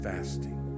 Fasting